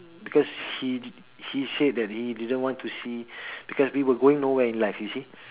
because he he said that he didn't want to see because we were going nowhere in life you see